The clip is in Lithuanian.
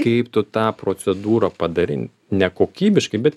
kaip tu tą procedūrą padarei nekokybiškai bet